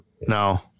no